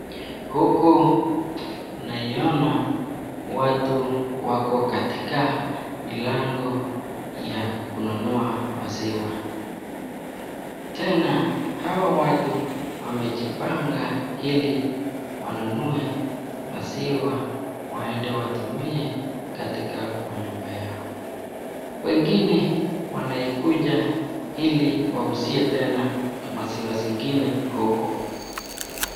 Huku naiona watu wako katika milango ya kununua maziwa. Tena hawa watu wamejipanga ili wanunue maziwa waende watumie atika manyumba yao. Wengine wanaikuja ili wauzie tena maziwa zingine huku.